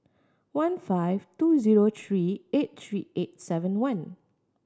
one five two zero three eight three eight seven one